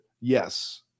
yes